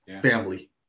family